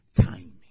timing